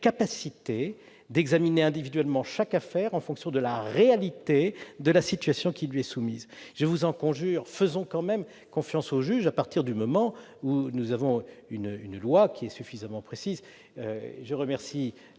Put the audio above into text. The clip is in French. capacité d'examiner individuellement chaque affaire en fonction de la réalité de la situation qui lui est soumise. Je vous en conjure, faisons quand même confiance au juge, dès lors que la loi est suffisamment précise. Permettez-moi